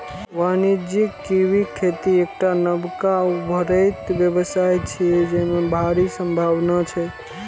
वाणिज्यिक कीवीक खेती एकटा नबका उभरैत व्यवसाय छियै, जेमे भारी संभावना छै